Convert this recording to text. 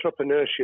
entrepreneurship